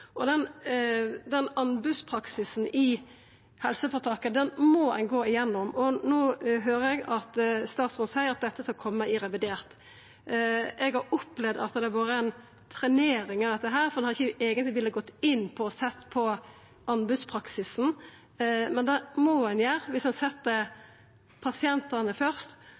Anbodspraksisen i helseføretaka må ein gå gjennom. No høyrer eg at statsråden seier at dette skal koma i revidert. Eg har opplevd at det har vore ei trenering av dette, for ein har ikkje eigentleg vilja gå inn og sjå på anbodspraksisen. Men det må ein gjera viss ein set pasientane først.